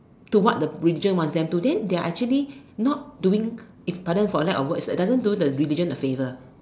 to what the religion wants them to then they are actually not doing pardon for a lack of words it doesn't do the religion a favour